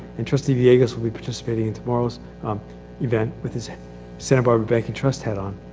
and, trustee viagus will be participating in tomorrow's um event with his santa barbara bank and trust hat on,